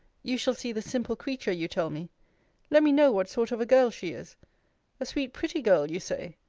you shall see the simple creature, you tell me let me know what sort of a girl she is a sweet pretty girl! you say.